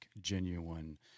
genuine